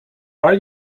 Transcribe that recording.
are